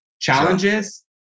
challenges